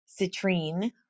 citrine